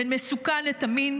בין מסוכן לתמים,